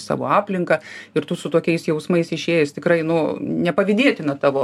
savo aplinką ir tu su tokiais jausmais išėjus tikrai nu nepavydėtina tavo